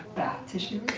bath tissue.